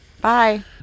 Bye